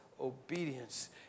obedience